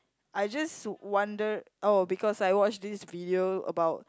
I just wonder oh because I watch this video about